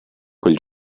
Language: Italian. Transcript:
quel